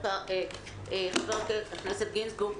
חבר הכנסת גינזבורג,